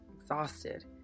exhausted